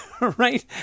right